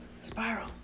Spiral